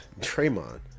Draymond